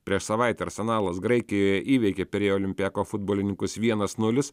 prieš savaitę arsenalas graikijoje įveikė pirėjo olimpiako futbolininkus vienas nulis